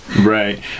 Right